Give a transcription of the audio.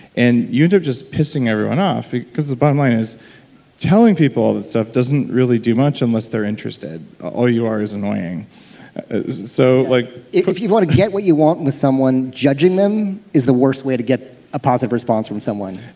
and you end up just pissing everyone off because the bottom line is telling people that stuff doesn't really do much unless they're interested all you are is annoying so like if if you want to get what you want with someone, judging them is the worst way to get a positive response from someone,